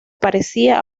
parecía